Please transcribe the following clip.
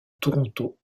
toronto